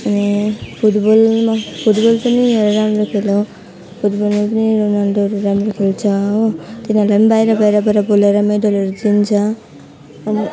अनि football football पनि एउटा राम्रो खेल हो फुटबलमा पनि रोनाल्डोहरू राम्रो खेल्छ हो तिनीहरूलाई पनि बाहिरबाट बाहिरबाट बोलाएर मेडलहरू दिन्छ अनि